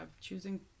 choosing